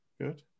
good